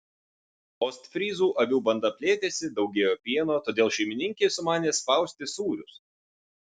ostfryzų avių banda plėtėsi daugėjo pieno todėl šeimininkė sumanė spausti sūrius